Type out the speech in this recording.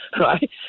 right